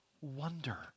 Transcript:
wonder